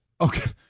Okay